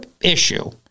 issue